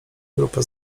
grupa